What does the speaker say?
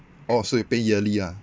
orh so you pay yearly lah